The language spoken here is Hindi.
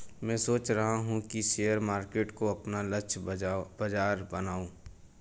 मैं सोच रहा हूँ कि शेयर मार्केट को अपना लक्ष्य बाजार बनाऊँ